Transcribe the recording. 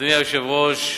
אדוני היושב-ראש,